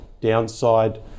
downside